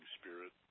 spirit